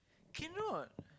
cannot